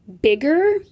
bigger